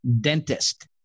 dentist